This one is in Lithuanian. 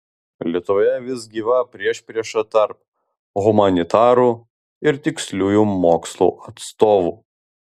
lietuvoje vis gyva priešprieša tarp humanitarų ir tiksliųjų mokslų atstovų